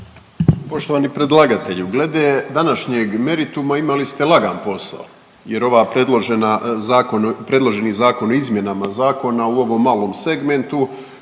Poštovani predlagatelju, glede današnjeg merituma imali ste lagan posao jer ova predložena, predloženi zakon o izmjenama zakona u ovom malom segmentu.